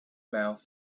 mouth